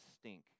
stink